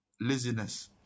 Laziness